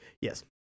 Yes